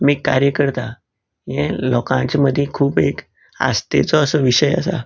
आमी कार्य करतात हे लोकांचे मदीं खूब एक आस्तेचो असो विशय आसा